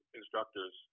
instructors